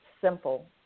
simple